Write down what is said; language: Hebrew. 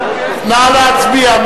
נא להצביע,